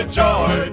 joy